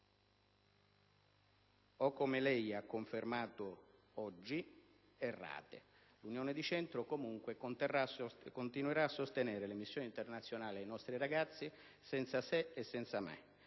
o, come lei ha confermato oggi, errate. L'Unione di Centro, comunque, continuerà a sostenere le missioni internazionali e i nostri ragazzi, senza se e senza ma,